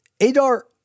Adar